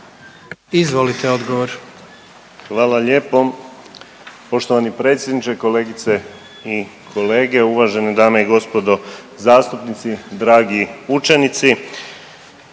Marin (HDZ)** Hvala lijepo poštovani predsjedniče, kolegice i kolege, uvažene dame i gospodo zastupnici, dragi učenici.